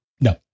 No